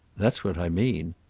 that's what i mean.